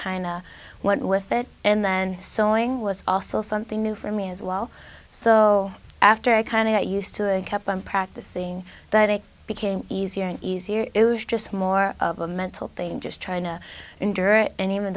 kind went with it and then sewing was also something new for me as well so after i kind of that used to kept on practicing that it became easier and easier it was just more of a mental thing just trying to endure it and even